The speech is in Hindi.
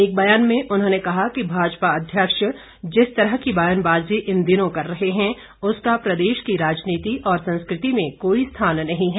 एक ब्यान में उन्होंने कहा कि भाजपा अध्यक्ष जिस तरह की ब्यानबाजी इन दिनों कर रहे हैं उसका प्रदेश की राजनीति और संस्कृति में कोई स्थान नहीं है